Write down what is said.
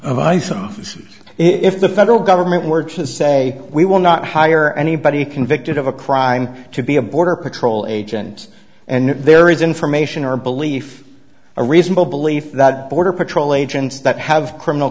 standards of ice and if the federal government were to say we will not hire anybody convicted of a crime to be a border patrol agent and there is information or belief a reasonable belief that border patrol agents that have criminal